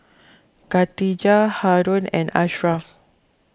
Khatijah Haron and Asharaff